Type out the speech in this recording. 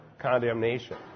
condemnation